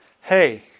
hey